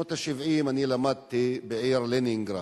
בשנות ה-70 אני למדתי בעיר לנינגרד,